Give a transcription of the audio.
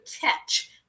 catch